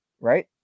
right